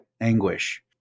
anguish